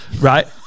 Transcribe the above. Right